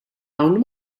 hawn